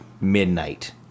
Midnight